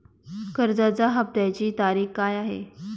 कर्जाचा हफ्त्याची तारीख काय आहे?